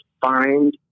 find